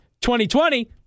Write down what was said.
2020